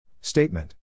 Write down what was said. Statement